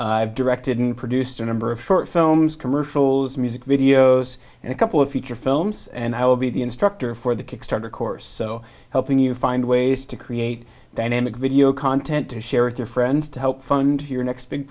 i've directed and produced a number of short films commercials music videos and a couple of feature films and how be the instructor for the kickstarter course helping you find ways to create dynamic video content to share with your friends to help fund your next big